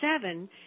seven